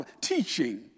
teaching